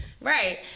Right